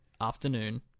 Afternoon